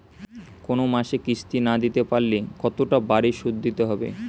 কোন মাসে কিস্তি না দিতে পারলে কতটা বাড়ে সুদ দিতে হবে?